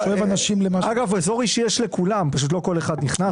לכולם יש אזור אישי; פשוט לא כל אחד נכנס אליו.